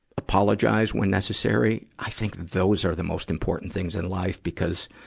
apologize when necessary, i think those are the most important things in life. because,